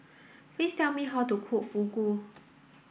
please tell me how to cook Fugu